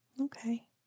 Okay